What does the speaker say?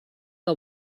que